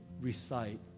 recite